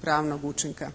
pravnog učinka.